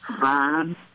fine